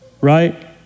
right